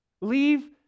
Leave